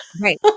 Right